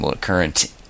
current